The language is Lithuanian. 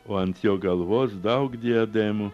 o ant jo galvos daug diademų